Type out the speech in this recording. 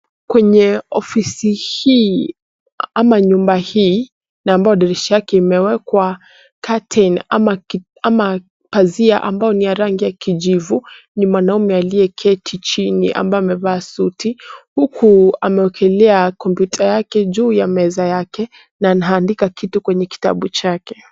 Kwenye ofisi hii ama nyumba hii na ambayo dirisha yake imewekwa curtain ama pazia ambalo ni ya rangi ya kijivu ni mwanaume aliyeketi chini ambaye amevaa suti huku amewekelea kompyuta yake juu ya meza yake na anaandika kitu kwenye kitabu chake.